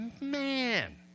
man